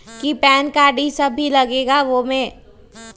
कि PAN card इ सब भी लगेगा वो में?